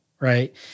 right